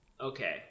okay